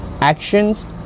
Actions